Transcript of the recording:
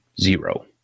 Zero